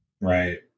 right